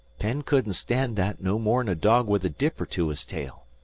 penn couldn't stand that no more'n a dog with a dipper to his tail.